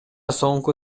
соңку